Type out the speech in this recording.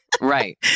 Right